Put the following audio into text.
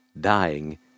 Dying